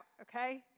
okay